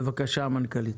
בבקשה, המנכ"לית.